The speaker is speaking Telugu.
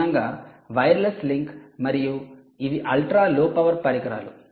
సాధారణంగా వైర్లెస్ లింక్ మరియు ఇవి అల్ట్రా లో పవర్ పరికరాలు